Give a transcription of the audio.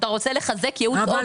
אתה רוצה לחזק ייעוץ.